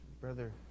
Brother